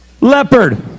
Leopard